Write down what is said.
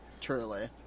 truly